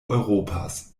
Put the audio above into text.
europas